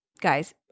Guys